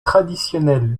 traditionnel